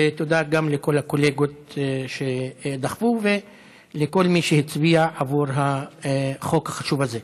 ותודה גם לכל הקולגות שדחפו ולכל מי שהצביע עבור החוק החשוב הזה.